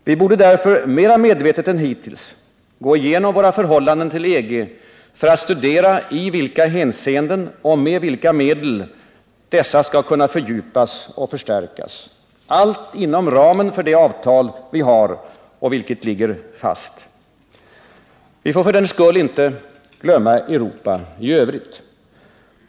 Vi borde därför mera medvetet än hittills gå igenom våra förhållanden till EG för att studera i vilka hänseenden och med vilka medel dessa skall kunna fördjupas och förstärkas, allt inom ramen för det avtal vi har och vilket ligger fast. Vi får för den skull inte glömma Europa i övrigt.